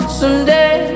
someday